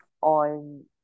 on